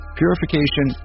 purification